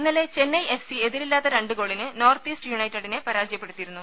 ഇന്നലെ Chennai F C എതിരില്ലാത്ത രണ്ട് ഗോളിന് നോർത്ത് ഈസ്റ്റ് യുണൈറ്റഡിനെ പരാജയപ്പെടുത്തിയിരുന്നു